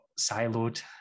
siloed